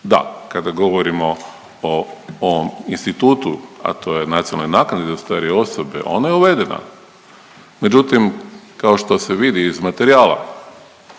Da, kada govorimo o ovom institutu, a to je nacionalnoj naknadi za starije osobe, ona je uvedena, međutim kao što se vidi iz materijala,